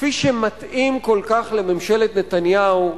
כפי שמתאים כל כך לממשלת נתניהו,